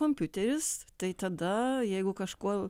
kompiuteris tai tada jeigu kažkuo